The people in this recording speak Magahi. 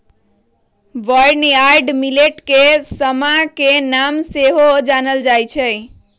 बर्नयार्ड मिलेट के समा के नाम से सेहो जानल जाइ छै